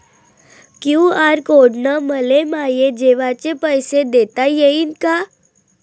QR code न मले माये जेवाचे पैसे देता येईन का?